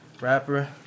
rapper